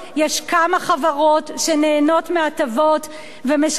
יש כמה חברות שנהנות מהטבות ומשלמות,